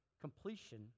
completion